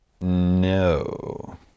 No